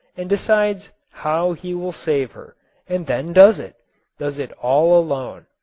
and decides how he will save her and then does it does it all alone.